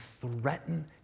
threaten